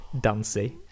dancey